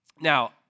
Now